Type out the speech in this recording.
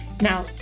Now